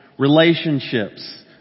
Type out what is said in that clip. relationships